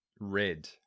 red